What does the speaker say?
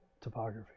topography